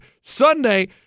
Sunday